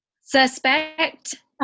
Suspect